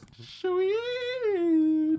Sweet